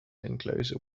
enclosure